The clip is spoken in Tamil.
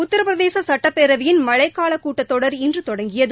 உத்திரபிரதேச சட்டப்பேரவையின் மழைக்கால கூட்டத்தொடர் இன்று தொடங்கியது